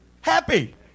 Happy